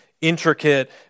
intricate